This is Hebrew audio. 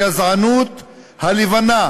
הגזענות הלבנה